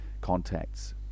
contacts